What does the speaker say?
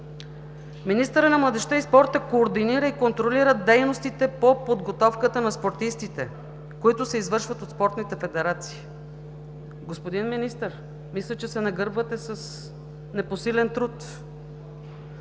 „Министърът на младежта и спорта координира и контролира дейностите по подготовката на спортистите, които се извършват от спортните федерации“. Господин Министър, мисля, че се нагърбвате с непосилен труд.